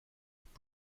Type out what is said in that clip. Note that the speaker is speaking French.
cette